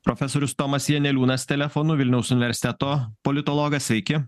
profesorius tomas janeliūnas telefonu vilniaus universiteto politologas sveiki